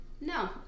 no